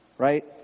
right